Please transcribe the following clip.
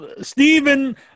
Stephen